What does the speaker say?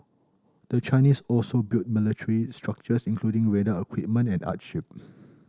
the Chinese also built military structures including radar equipment and airstrips